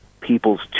peoples